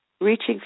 Reaching